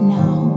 now